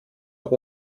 auch